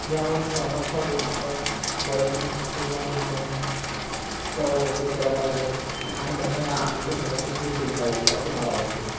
ह्यावर संवाद साधून आपण वैज्ञानिक दृष्टिकोनातून त्यांच्यावर बदल केला पाहिजेल आणि त्यांना या अंधश्रद्धेपासून दूर केले पाहिजे असे मला वाटते